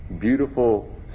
beautiful